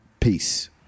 peace